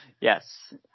Yes